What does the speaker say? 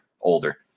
older